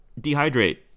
Dehydrate